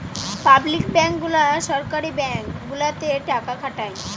public bank গুলা সরকারি bank গুলাতে টাকা খাটায়